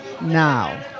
now